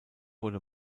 wurde